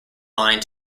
line